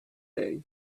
days